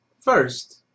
First